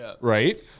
right